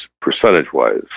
percentage-wise